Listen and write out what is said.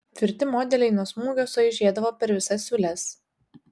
tvirti modeliai nuo smūgio suaižėdavo per visas siūles